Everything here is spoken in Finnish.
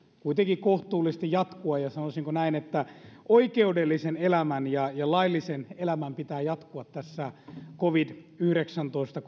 kuitenkin kohtuullisesti jatkua ja sanoisinko näin että oikeudellisen elämän ja ja laillisen elämän pitää jatkua tässä covid yhdeksäntoista